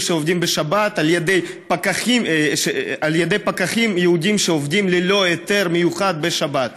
שעובדים בשבת על ידי פקחים יהודים שעובדים ללא היתר מיוחד בשבת?